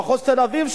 מחוז תל-אביב,